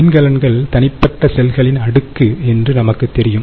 மின்கலன்கள் தனிப்பட்ட செல்களின் அடுக்கு என்று நமக்குத் தெரியும்